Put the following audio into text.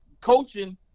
coaching